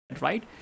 right